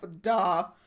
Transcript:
Duh